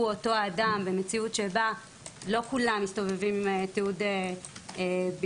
אותו אדם במציאות שבה לא כולם מסתובבים עם תיעוד ביומטרי,